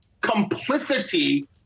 complicity